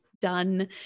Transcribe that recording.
done